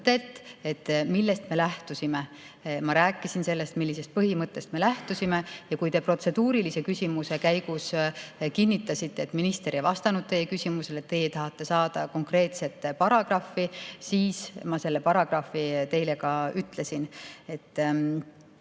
millest me lähtusime. Ma rääkisin, millisest põhimõttest me lähtusime, ja kui te protseduurilise küsimuse käigus kinnitasite, et minister ei vastanud teie küsimusele, et te tahate saada konkreetset paragrahvi, siis ma selle paragrahvi teile ka ütlesin. Ja